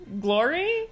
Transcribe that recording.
glory